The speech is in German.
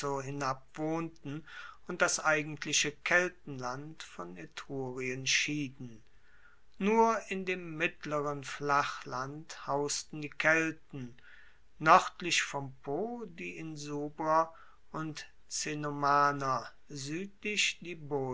wohnten und das eigentliche keltenland von etrurien schieden nur in dem mittleren flachland hausten die kelten noerdlich vom po die insubrer und cenomaner